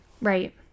Right